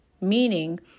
Meaning